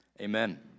amen